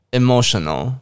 emotional